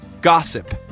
gossip